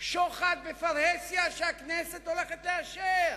שוחד בפרהסיה שהכנסת הולכת לאשר.